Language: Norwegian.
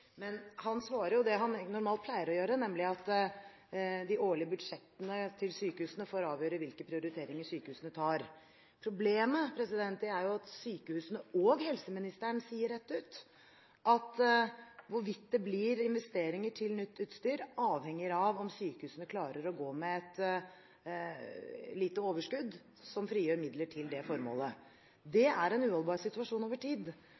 Men han svarer jo det han normalt pleier å gjøre, nemlig at de årlige budsjettene til sykehusene får avgjøre hvilke prioriteringer sykehusene tar. Problemet er at sykehusene og helseministeren sier rett ut at hvorvidt det blir investeringer til nytt utstyr, avhenger av om sykehusene klarer å gå med et lite overskudd som frigjør midler til det formålet. Det er en uholdbar situasjon over tid.